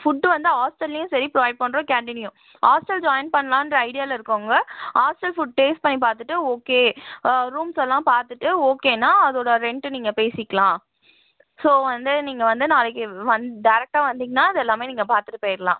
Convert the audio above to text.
food வந்து ஹாஸ்டல்லையும் சரி ப்ரொவைட் பண்ணுறோம் கேன்டின்லையும் ஹாஸ்டல் ஜாயின் பண்ணலான்ற ஐடியாவில இருக்கிறவங்க ஹாஸ்டல் ஃபுட் டேஸ்ட் பண்ணி பார்த்துட்டு ஓகே ரூம்ஸெல்லாம் பார்த்துட்டு ஓகேன்னா அதோட ரென்ட்டு நீங்கள் பேசிக்கலாம் ஸோ வந்து நீங்கள் வந்து நாளைக்கு வந்து டேரக்ட்டாக வந்தீங்கன்னா அது எல்லாமே நீங்கள் பார்த்துட்டு போயிடலாம்